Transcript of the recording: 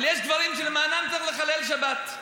אבל יש דברים שלמענם צריך לחלל שבת,